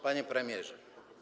Panie Premierze!